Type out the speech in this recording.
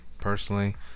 personally